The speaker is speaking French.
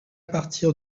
partir